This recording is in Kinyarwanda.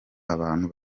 abantu